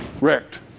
wrecked